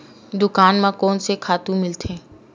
दुकान म कोन से खातु मिलथे?